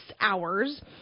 hours